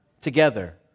Together